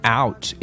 out